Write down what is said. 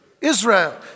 Israel